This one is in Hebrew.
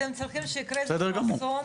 אתם צריכים שיקרה איזה אסון כדי שהאירועים יסתדרו?